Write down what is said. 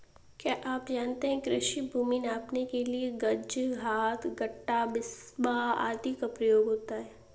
क्या आप जानते है कृषि भूमि नापने के लिए गज, हाथ, गट्ठा, बिस्बा आदि का प्रयोग होता है?